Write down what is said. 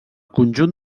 conjunt